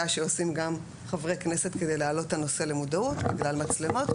שעושים גם חברי כנסת כדי להעלות את הנושא למועדות בגלל מצלמות,